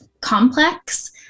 complex